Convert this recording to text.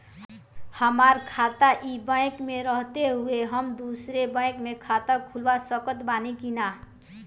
हमार खाता ई बैंक मे रहते हुये हम दोसर बैंक मे खाता खुलवा सकत बानी की ना?